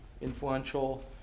influential